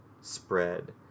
spread